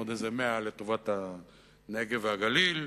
עוד איזה 100 לטובת הנגב והגליל,